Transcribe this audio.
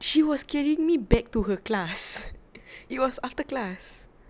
she was carrying me back to her class it was after class